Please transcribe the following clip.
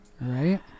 right